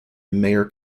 mayor